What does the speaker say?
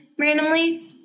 randomly